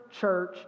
church